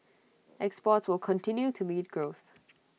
exports will continue to lead growth